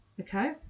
okay